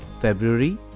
February